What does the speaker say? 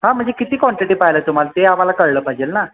हां म्हणजे किती क्वांटिटी पाहिलं आहे तुम्हाला ते आम्हाला कळलं पाहिजे ना